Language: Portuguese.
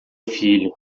filho